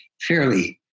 fairly